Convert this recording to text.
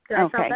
Okay